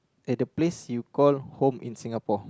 at the place you call home in Singapore